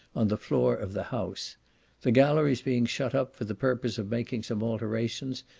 on the floor of the house the galleries being shut up, for the purpose of making some alterations,